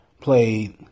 played